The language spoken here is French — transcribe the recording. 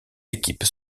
équipes